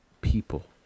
people